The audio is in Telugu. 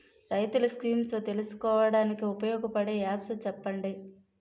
రైతులు స్కీమ్స్ తెలుసుకోవడానికి ఉపయోగపడే యాప్స్ చెప్పండి?